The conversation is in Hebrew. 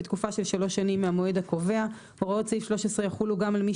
בתקופה של שלוש שנים מהמועד הקובע הוראות סעיף 13 יחולו גם על מי